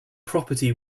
property